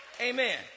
Amen